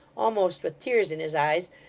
almost with tears in his eyes,